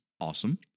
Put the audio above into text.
awesome